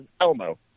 Elmo